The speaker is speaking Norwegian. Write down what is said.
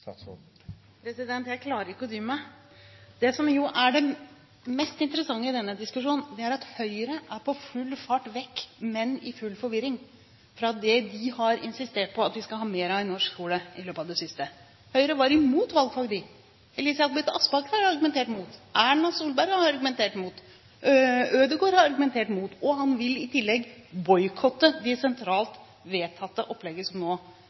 det mest interessante i denne diskusjonen, er at Høyre er på full fart vekk, men i full forvirring, fra det de har insistert på at vi skal ha mer av i norsk skole i det siste. Høyre var imot valgfag. Elisabeth Aspaker har argumentert mot, Erna Solberg har argumentert mot, Ødegaard har argumentert mot, og han vil i tillegg boikotte det sentralt vedtatte opplegget som nå